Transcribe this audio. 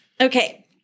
Okay